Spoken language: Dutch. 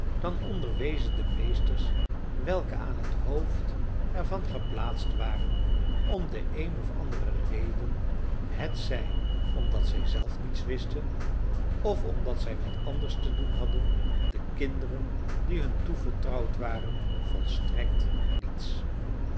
dan onderwezen de meesters welke aan t hoofd er van geplaatst waren om de een of andere reden hetzij omdat zij zelf niets wisten of omdat zij wat anders te doen hadden de kinderen die hun toevertrouwd waren volstrekt niets